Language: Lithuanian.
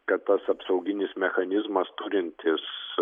kad tas apsauginis mechanizmas turintis